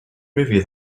movie